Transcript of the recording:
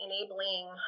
enabling